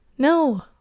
no